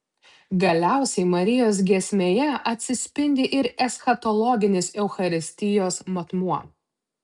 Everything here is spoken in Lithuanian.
galiausiai marijos giesmėje atsispindi ir eschatologinis eucharistijos matmuo